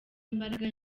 imbaraga